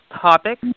topic